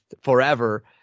forever